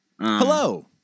Hello